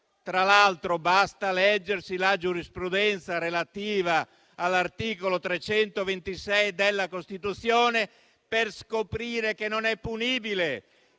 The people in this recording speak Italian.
Tra l'altro, basta leggere la giurisprudenza relativa all'articolo 326 del codice penale per scoprire che non è punibile